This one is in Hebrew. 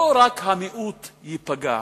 לא רק המיעוט ייפגע.